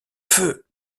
feu